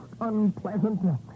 unpleasant